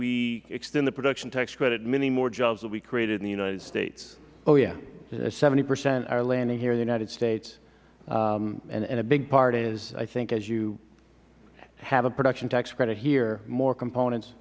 we extend the production tax credit many more jobs will be created in the united states mister abate oh yeah seventy percent are landing here in the united states and a big part is i think as you have a production tax credit here more components